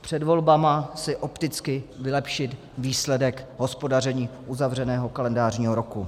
Před volbami si opticky vylepšit výsledek hospodaření uzavřeného kalendářního roku.